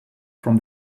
from